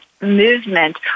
movement